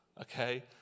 Okay